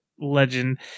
legend